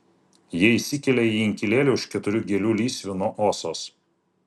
jie įsikelia į inkilėlį už keturių gėlių lysvių nuo osos